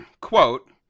Quote